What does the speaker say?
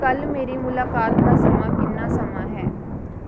ਕੱਲ੍ਹ ਮੇਰੀ ਮੁਲਾਕਾਤ ਦਾ ਸਮਾਂ ਕਿੰਨਾ ਸਮਾਂ ਹੈ